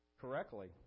correctly